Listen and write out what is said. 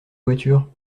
voiture